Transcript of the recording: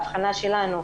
אבחנה שלנו.